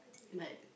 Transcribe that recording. like